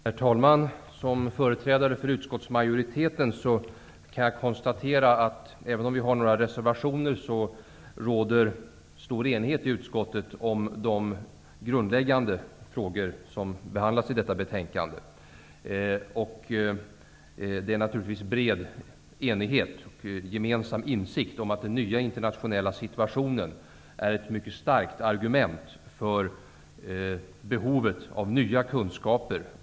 Herr talman! Som företrädare för utskottsmajoriteten kan jag konstatera att det råder stor enighet i utskottet om de grundläggande frågor som behandlas i detta betänkande, även om vi har några reservationer. Det finns en bred enighet och en gemensam insikt. Den nya internationella situationen är ett mycket starkt argument för behovet av nya kunskaper.